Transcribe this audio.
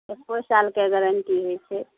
एको सालके गारंटी होइ छै